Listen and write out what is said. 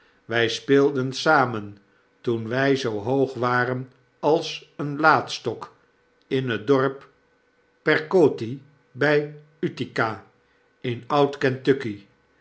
wy speelden samen toen wy zoo hoog waren als een laadstok in het dorp perquottie by u t i